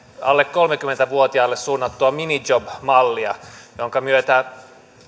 alle kolmekymmentä vuotiaille suunnattua minijob mallia jonka myötä